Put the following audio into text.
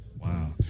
Wow